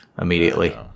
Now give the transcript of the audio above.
immediately